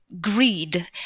greed